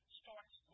starts